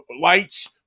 lights